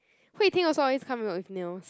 Hui-Ting also always come to work with nails